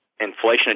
inflation